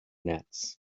nets